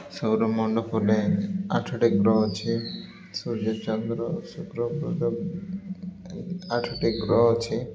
ସୌରମଣ୍ଡଳରେ ଆଠଟି ଗ୍ରହ ଅଛି ସୂର୍ଯ୍ୟ ଚନ୍ଦ୍ର ଶୁକ୍ର ବୁଧ ଆଠଟି ଗ୍ରହ ଅଛି